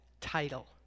title